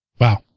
Wow